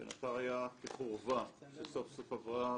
"בן עטר" היה כחורבה שסוף-סוף עברה